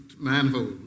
manhole